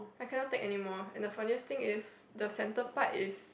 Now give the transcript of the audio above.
I cannot take anymore and the funniest thing is the center part is